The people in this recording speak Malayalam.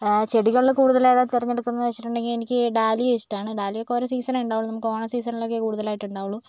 ചെടികളിൽ കൂടുതൽ ഏതാണ് തിരഞ്ഞെടുക്കുന്നത് എന്ന് വെച്ചിട്ടുണ്ടെങ്കിൽ എനിക്ക് ഡാലിയ ഇഷ്ടമാണ് ഡാലിയ ഒക്കെ ഓരോ സീസണേ ഉണ്ടാവുകയുള്ളൂ ഓണ സീസണിൽ ഒക്കെ കൂടുതലായിട്ടും ഉണ്ടാവുകയുള്ളൂ